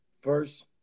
first